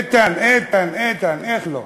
איתן, איתן, איתן, איך לא?